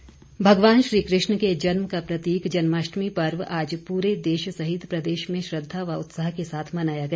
जन्माष्टमी भगवान श्री कृष्ण के जन्म का प्रतीक जन्माष्टमी पर्व आज पूरे देश सहित प्रदेश में श्रद्धा और उत्साह के साथ मनाया गया